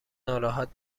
ناراحت